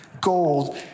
gold